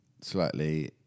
slightly